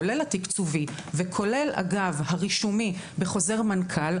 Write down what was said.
כולל התקצובי וכולל הרישומי בחוזר מנכ"ל,